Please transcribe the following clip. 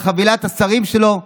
או על חבילת השרים שלו,